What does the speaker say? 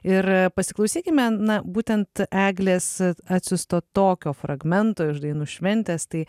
ir pasiklausykime na būtent eglės atsiųsto tokio fragmento iš dainų šventės tai